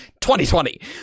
2020